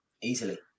Easily